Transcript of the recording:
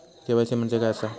KYC म्हणजे काय आसा?